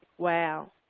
wow.